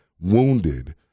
wounded